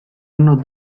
unos